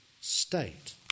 state